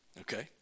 Okay